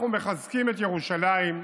אנחנו מחזקים את ירושלים,